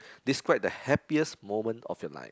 describe the happiest moment of your life